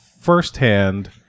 firsthand